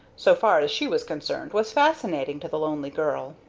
so far as she was concerned, was fascinating to the lonely girl.